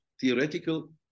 theoretical